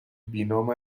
بینام